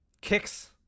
kicks